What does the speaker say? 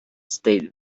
state